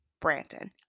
Branton